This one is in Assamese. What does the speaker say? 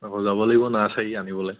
আকৌ যাব লাগিব নাৰ্চাৰী আনিবলৈ